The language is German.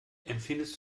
empfindest